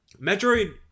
metroid